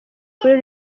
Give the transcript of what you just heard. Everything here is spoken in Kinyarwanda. kuri